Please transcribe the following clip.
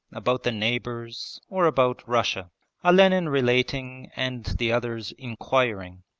about the neighbours, or about russia olenin relating and the others inquiring.